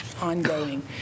ongoing